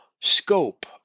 scope